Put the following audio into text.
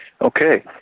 Okay